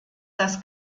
das